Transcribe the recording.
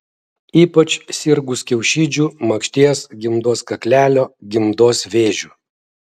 ypač sirgus kiaušidžių makšties gimdos kaklelio gimdos vėžiu